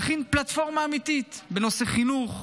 להכין פלטפורמה אמיתית בנושא חינוך,